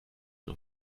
nur